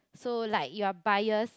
so like you're bias